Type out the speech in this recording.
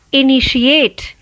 initiate